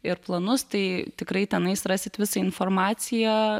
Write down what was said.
ir planus tai tikrai tenais rasit visą informaciją